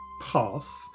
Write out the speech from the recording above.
path